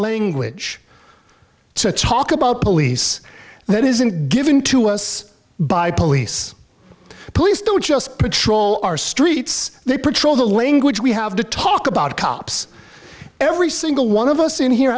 language to talk about police that isn't given to us by police the police don't just patrol our streets they portrayed the language we have to talk about cops every single one of us in here